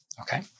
okay